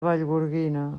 vallgorguina